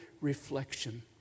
reflection